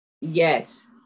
Yes